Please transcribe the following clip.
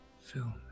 film